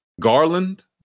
Garland